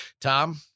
Tom